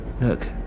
Look